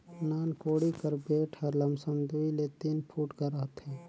नान कोड़ी कर बेठ हर लमसम दूई ले तीन फुट कर रहथे